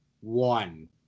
one